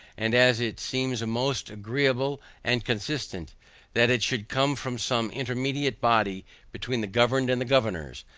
and as it seems most agreeable and consistent that it should come from some intermediate body between the governed and the governors,